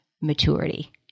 maturity